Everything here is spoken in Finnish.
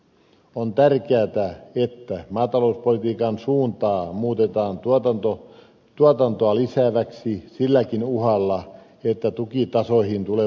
on tärkeätä että maatalouspolitiikan suuntaa muutetaan tuotantoa lisääväksi silläkin uhalla että tukitasoihin tulee muutoksia